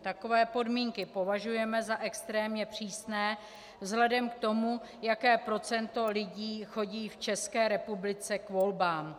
Takové podmínky považujeme za extrémně přísně vzhledem k tomu, jaké procento lidí chodí v České republice k volbám.